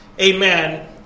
Amen